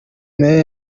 meyer